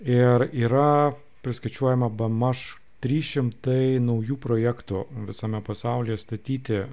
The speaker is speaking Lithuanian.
ir yra priskaičiuojama bemaž trys šimtai naujų projektų visame pasaulyje statyti